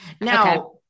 Now